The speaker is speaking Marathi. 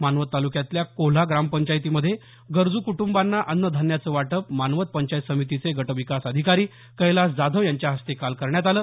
मानवत तालुक्यातल्या कोल्हा ग्रामपंचायतीमध्ये गरजू कुटुंबांना अन्नधान्याचं वाटप मानवत पंचायत समितीचे गटविकास अधिकारी कैलास जाधव यांच्या हस्ते काल करण्यात आल